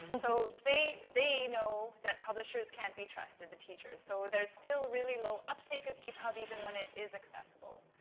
so, they they know that publishers can't be trusted, the teachers. so, there's still a really low uptake of epub even when it is accessible.